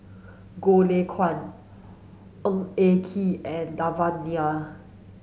Goh Lay Kuan Ng Eng Kee and Devan Nair